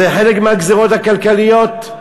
זה חלק מהגזירות הכלכליות,